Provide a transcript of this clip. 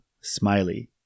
Smiley